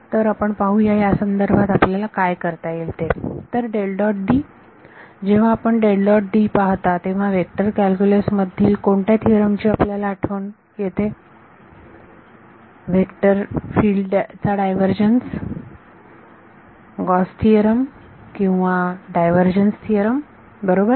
तर आपण पाहूया या संदर्भात आपल्याला काय करता येईल ते तर जेव्हा आपण पाहता तेव्हा व्हेक्टर कॅल्क्युलस मधील कोणत्या थिओरमची आपल्याला आठवण करून देतो व्हेक्टर फिल्ड चा डायव्हर्जन्स गॉसचा थिओरमचीGauss's Theorem किंवा डायव्हर्जन्स थिओरमची बरोबर